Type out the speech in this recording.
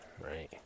right